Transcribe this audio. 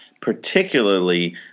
particularly